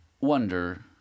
wonder